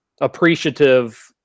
appreciative